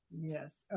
Yes